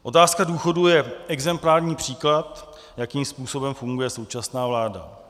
Otázka důchodů je exemplární příklad, jakým způsobem funguje současná vláda.